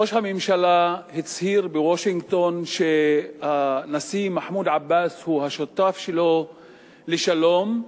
ראש הממשלה הצהיר בוושינגטון שהנשיא מחמוד עבאס הוא השותף שלו לשלום,